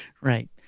Right